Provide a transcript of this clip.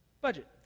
budget